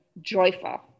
joyful